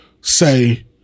say